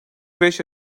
beş